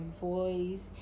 voice